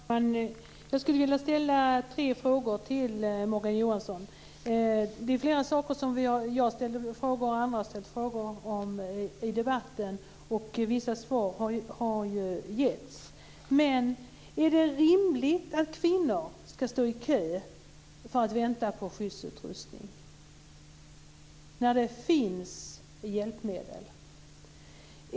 Herr talman! Jag skulle vilja ställa några frågor till Morgan Johansson. Jag och andra har ställt frågor om flera saker i debatten, och vissa svar har ju getts. Men är det rimligt att kvinnor ska stå i kö och vänta för att få skyddsutrustning när det finns hjälpmedel?